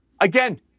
again